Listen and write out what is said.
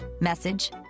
Message